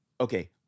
okay